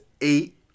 eight